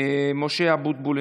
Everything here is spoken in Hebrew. משה אבוטבול,